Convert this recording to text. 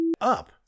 up